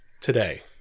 Today